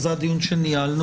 זה הדיון שניהלנו.